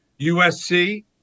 USC